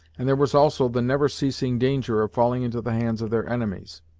and there was also the never ceasing danger of falling into the hands of their enemies.